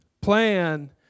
plan